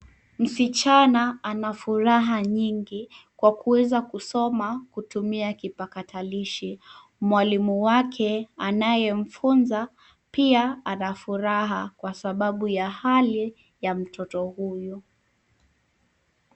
Msichana ana furaha nyingi kwa kuweza kusoma kwa kutumia kipakatalishi. Mwalimu wake anayemfunza pia ana furaha kwa sababu ya hali ya mtoto huyu.